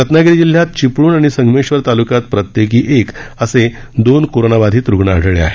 रत्नागिरी जिल्ह्यात चिपळण आणि संगमेश्वर तालुक्यात प्रत्येकी एक असे एकंदर दोन करोनाबाधित रुग्ण आढळले आहेत